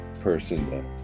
person